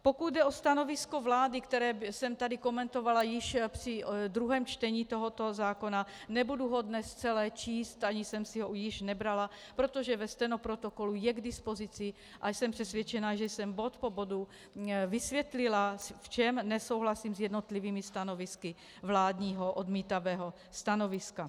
Pokud jde o stanovisko vlády, které jsem tady komentovala již při druhém čtení tohoto zákona, nebudu ho dnes celé číst, ani jsem si ho již nebrala, protože ve stenoprotokolu je k dispozici a jsem přesvědčena, že jsem bod po bodu vysvětlila, v čem nesouhlasím s jednotlivými stanovisky vládního odmítavého stanoviska.